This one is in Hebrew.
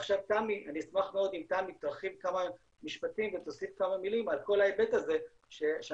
עכשיו אני אשמח אם תמי תרחיב ותוסיף כמה מילים על כל ההיבט הזה שאנחנו